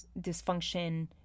dysfunction